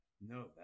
No